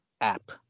app